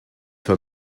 for